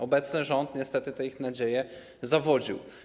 Obecny rząd niestety te ich nadzieje zawodził.